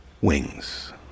wings